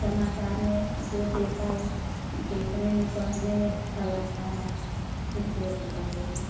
समाचार में जो देता ह देखने में पढ़ने में अच्छा लगता है क्रिकेट के बारे में